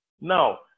Now